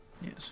yes